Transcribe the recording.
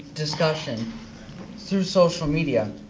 discussion through social media,